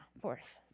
Fourth